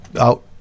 out